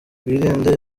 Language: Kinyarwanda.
wirinde